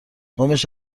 قومش